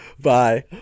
Bye